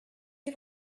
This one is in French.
est